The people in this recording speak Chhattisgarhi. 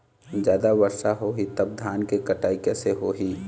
जादा वर्षा होही तब धान के कटाई कैसे होही?